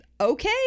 okay